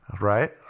Right